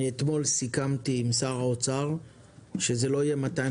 אתמול סיכמתי עם שר האוצר שזה לא יהיה 250